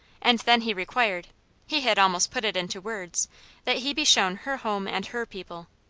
and then he required he had almost put it into words that he be shown her home and her people.